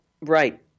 right